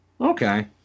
Okay